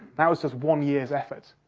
that was just one year's effort.